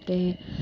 ते